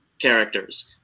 characters